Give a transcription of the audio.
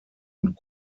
und